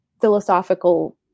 philosophical